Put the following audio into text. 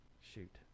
Shoot